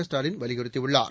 ஸ்டாலின் வலியுறுத்தியுள்ளார்